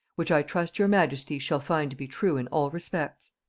which i trust your majesty shall find to be true in all respects.